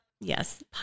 Yes